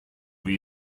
wie